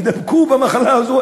יידבקו במחלה הזאת,